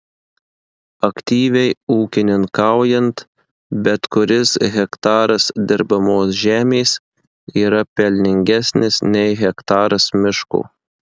aktyviai ūkininkaujant bet kuris hektaras dirbamos žemės yra pelningesnis nei hektaras miško